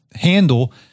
handle